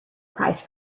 price